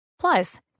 Plus